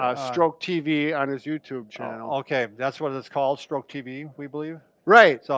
ah stroke tv on his youtube channel. okay, that's what it's called stroke tv, we believe. right, so